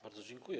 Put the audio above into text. Bardzo dziękuję.